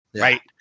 Right